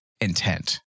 intent